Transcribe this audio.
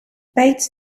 bates